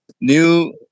new